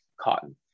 cotton